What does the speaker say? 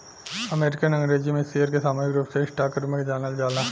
American अंग्रेजी में share के सामूहिक रूप से स्टॉक के रूप में जानल जाला